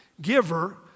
giver